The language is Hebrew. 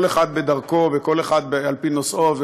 כל אחד בדרכו וכל אחד על פי נושאו.